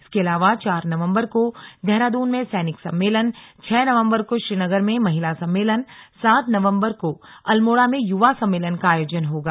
इसके अलावा चार नवम्बर को देहरादून में सैनिक सम्मेलन छह नवम्बर को श्रीनगर में महिला सम्मेलन सात नवम्बर को अल्मोड़ा में युवा सम्मेलन का आयोजन होगा